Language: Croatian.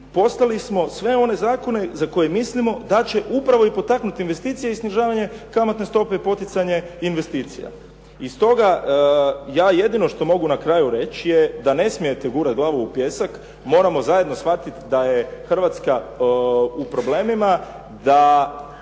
poslali smo sve one zakone za koje mislimo da će upravo i potaknuti investicije i snižavanje kamatne stope i poticanje investicija. I stoga, ja jedino što mogu na kraju reći je da ne smijete gurati glavu u pijesak, moramo zajedno shvatiti da je Hrvatska u problemima, da